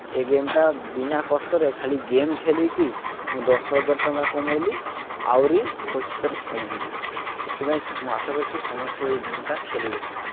ଏ ଗେମ୍ଟା ବିନା କଷ୍ଟରେ ଖାଲି ଗେମ୍ ଖେଳିକି ମୁଁ ଦଶ ହଜାର ଟଙ୍କା କମେଇଲି ଆହୁରି ଭବିଷ୍ୟତରେ କମେଇବି ସେଥିପାଇଁ ମୁଁ ଆଶା କରୁଛି ସମସ୍ତେ ଏ ଗେମ୍ଟା ଖେଲିବେ